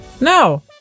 No